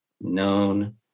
known